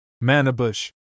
Manabush